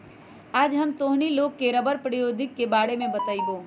आज हम तोहनी लोग के रबड़ प्रौद्योगिकी के बारे में बतईबो